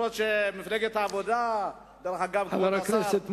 חבר הכנסת מולה,